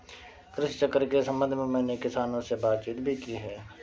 कृषि चक्र के संबंध में मैंने किसानों से बातचीत भी की है